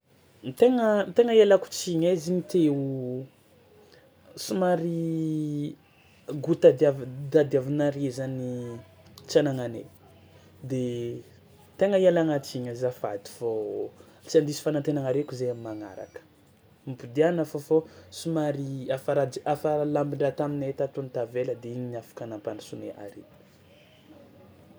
Tegna tegna ialako tsiny aiziny teo somary goût tadiavin- tadiavinare zany tsy anagnanay de tegna ialagna tsiny azafady fô tsy handiso fanantenanareo koa zahay am'magnaraka, mipodiana fao fô somary afa rats- afa lambon-draha taminay tato no tavela de igny ny afaka nampandrosoinay are.